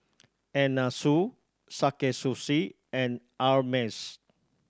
Anna Sui Sakae Sushi and Ameltz